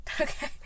Okay